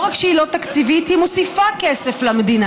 לא רק שהיא לא תקציבית, היא מוסיפה כסף למדינה.